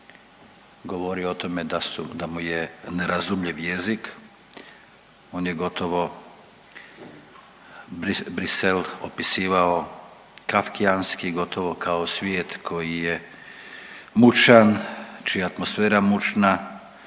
govorio o tome da su, da mu je nerazumljiv jezik, on je gotovo Bruxelles opisivao kafkijanski, gotovo kao svijet koji je mučan, čija je atmosfera mučna,